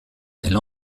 elle